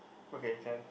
okay can